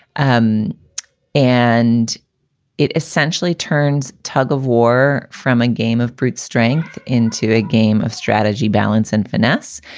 um and it essentially turns tug of war from a game of brute strength into a game of strategy, balance and finesse,